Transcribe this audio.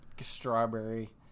strawberry